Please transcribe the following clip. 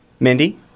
Mindy